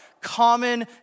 common